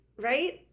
Right